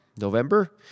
November